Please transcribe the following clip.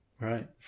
Right